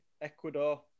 Ecuador